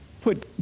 put